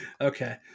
Okay